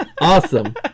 awesome